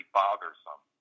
bothersome